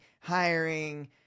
hiring